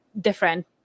different